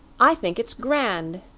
i think it's grand,